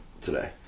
today